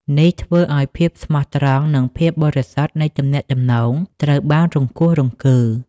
នេះធ្វើឲ្យភាពស្មោះត្រង់ និងភាពបរិសុទ្ធនៃទំនាក់ទំនងត្រូវបានរង្គោះរង្គើ។